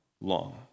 long